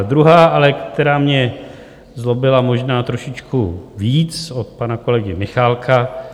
Druhá, ale která mě zlobila možná trošičku víc, od pana kolegy Michálka.